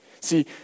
See